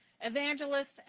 Evangelist